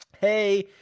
Hey